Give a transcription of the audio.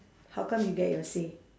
how come you get your say